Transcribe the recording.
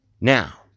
Now